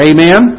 Amen